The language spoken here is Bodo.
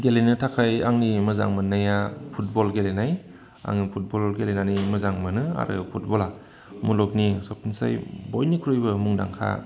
गेलेनो थाखाय आंनि मोजां मोननाया फुटबल गेलेनाय आङो फुटबल गेलेनानै मोजां मोनो आरो फुटबला मुलुगनि सबनिसाय बयनिख्रुइबो मुंदुांखा